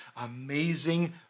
amazing